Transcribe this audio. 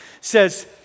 says